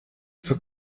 für